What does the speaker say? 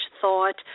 thought –